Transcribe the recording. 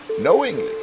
knowingly